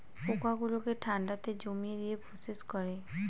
পোকা গুলোকে ঠান্ডাতে জমিয়ে দিয়ে প্রসেস করে